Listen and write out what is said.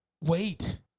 Wait